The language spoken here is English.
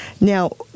Now